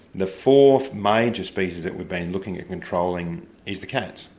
the fourth major species that we've been looking at controlling is the cats.